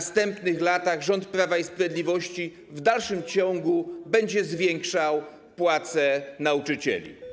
W następnych latach rząd Prawa i Sprawiedliwości w dalszym ciągu będzie podwyższał płace nauczycieli.